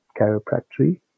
chiropractic